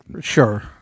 sure